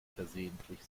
versehentlich